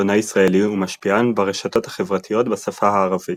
עיתונאי ישראלי ומשפיען ברשתות החברתיות בשפה הערבית.